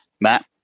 Matt